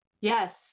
Yes